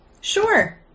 Sure